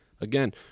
Again